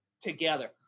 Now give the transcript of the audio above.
together